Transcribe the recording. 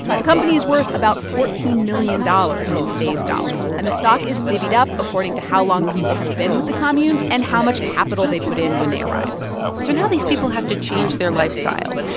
the company is worth about fourteen million dollars in today's dollars, and the stock is divvied up according to how long people have been with the commune and how much capital they put in when they arrived so now these people have to change their lifestyles.